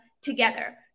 together